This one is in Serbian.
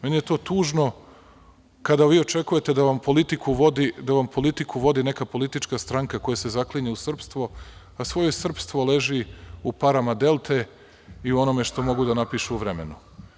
Meni je to tužno, kada vi očekujete da vam politiku vodi neka politička stranka koja se zaklinje u srpstvo, a svoje srpstvo leži u parama Delte i u onome što mogu da napišu u Vremenu.